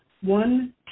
one